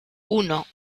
uno